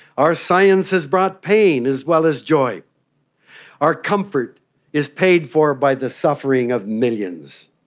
our science has brought pain as well as joy our comfort is paid for by the suffering of millions.